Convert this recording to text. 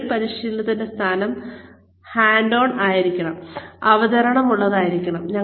തൊഴിൽ പരിശീലനത്തിന്റെ സ്ഥാനം ഹാൻഡ് ഓൺ ആയിരിക്കണം അവതരണമുള്ളതായിരിക്കണം